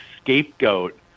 scapegoat